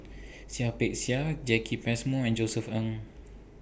Seah Peck Seah Jacki Passmore and Josef Ng